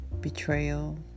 betrayal